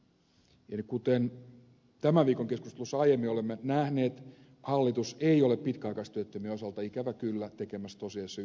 kuten tämän viikon keskustelussa aiemmin olemme nähneet hallitus ei ole pitkäaikaistyöttömien osalta ikävä kyllä tekemässä tosiasiassa yhtään mitään